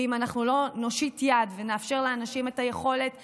ואם אנחנו לא נושיט יד ונאפשר לאנשים את היכולת ללמוד,